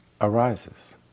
arises